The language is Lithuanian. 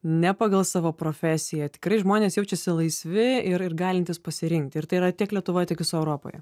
ne pagal savo profesiją tikrai žmonės jaučiasi laisvi ir ir galintys pasirinkti ir tai yra tiek lietuvoj tiek visoj europoje